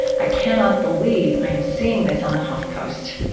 i cannot believe i am seeing this on the huff post.